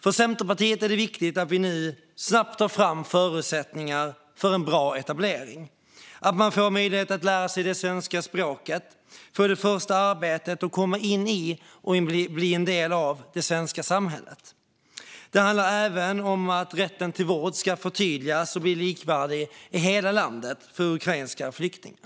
För Centerpartiet är det viktigt att vi nu snabbt tar fram förutsättningar för en bra etablering: att man får möjlighet att lära sig det svenska språket, få det första arbetet och komma in i och bli en del av det svenska samhället. Det handlar även om att rätten till vård ska förtydligas och bli likvärdig i hela landet för ukrainska flyktingar.